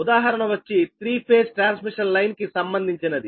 ఉదాహరణ వచ్చి three phase transmission line కి సంబంధించినది